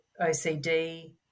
OCD